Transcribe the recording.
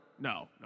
No